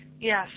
Yes